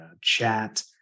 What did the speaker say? chat